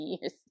years